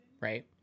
right